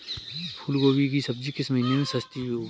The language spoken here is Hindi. फूल गोभी की सब्जी किस महीने में सस्ती होती है?